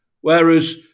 Whereas